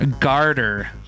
Garter